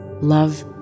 Love